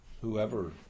Whoever